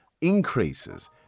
increases